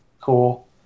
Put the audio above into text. cool